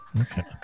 Okay